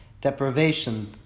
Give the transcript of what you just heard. deprivation